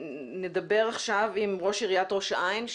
נדבר עכשיו עם ראש עיריית ראש העין.